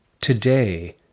today